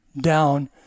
down